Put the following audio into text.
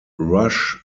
rush